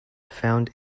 found